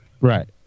Right